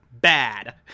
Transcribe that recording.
bad